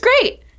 great